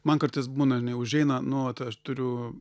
man kartais būna užeina nu vat aš turiu